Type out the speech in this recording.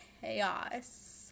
chaos